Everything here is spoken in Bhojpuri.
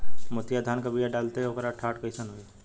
मोतिया धान क बिया डलाईत ओकर डाठ कइसन होइ?